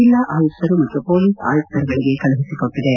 ಜಿಲ್ಲಾ ಆಯುಕ್ತರು ಮತ್ತು ಮೊಲೀಸ್ ಆಯುಕ್ತರುಗಳಿಗೆ ಕಳುಹಿಸಿಕೊಟ್ಟದೆ